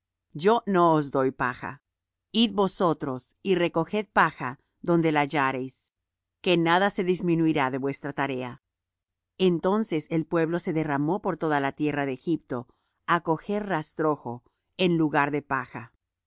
yo no os doy paja id vosotros y recoged paja donde la hallareis que nada se disminuirá de vuestra tarea entonces el pueblo se derramó por toda la tierra de egipto á coger rastrojo en lugar de paja y